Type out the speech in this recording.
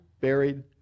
buried